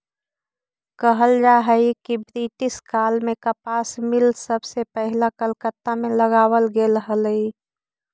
कहल जा हई कि ब्रिटिश काल में कपास मिल सबसे पहिला कलकत्ता में लगावल गेले हलई